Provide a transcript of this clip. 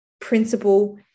principle